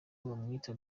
bamwita